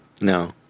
No